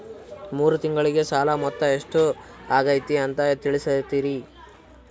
ಮೂರು ತಿಂಗಳಗೆ ಸಾಲ ಮೊತ್ತ ಎಷ್ಟು ಆಗೈತಿ ಅಂತ ತಿಳಸತಿರಿ?